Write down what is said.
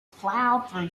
plow